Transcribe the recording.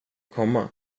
komma